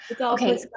Okay